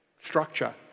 structure